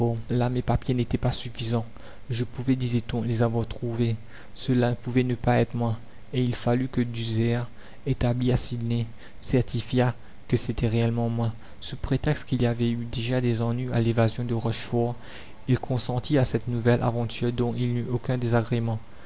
là mes papiers n'étaient pas suffisants je pouvais disait-on les avoir trouvés cela pouvait ne pas être moi et il fallut que duser établi à sydney certifiât que c'était réellement moi sous prétexte qu'il avait eu déjà des ennuis à l'évasion de rochefort il consentit à cette nouvelle aventure dont il n'eut aucun désagrément